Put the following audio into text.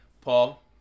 Paul